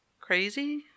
crazy